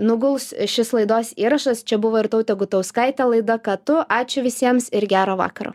nuguls šis laidos įrašas čia buvo irtautė gutauskaitė laida ką tu ačiū visiems ir gero vakaro